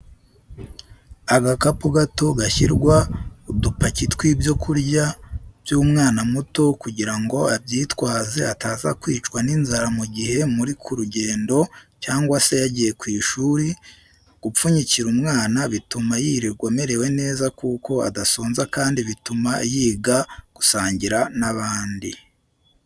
Agakapu gato gashyirwa udupaki tw'ibyo kurya by'umwana muto kugirango abyitwaze ataza kwicwa n'inzara mu gihe muri ku rugendo cyangwa se yagiye ku ishuri, gupfunyikira umwana bituma yirirwa amerewe neza kuko adasonza kandi bituma yiga gusangira n'abandi.